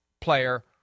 player